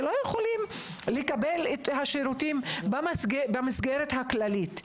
שלא יכולים לקבל את השירותים במסגרת הכללית.